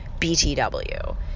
BTW